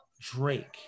Drake